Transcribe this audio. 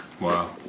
Wow